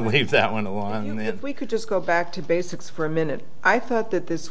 we'll leave that one alone and then we could just go back to basics for a minute i thought that this